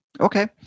okay